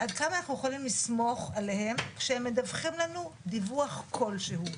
עד כמה אנחנו יכולים לסמוך עליהם כשהם מדווחים לנו דיווח כלשהו.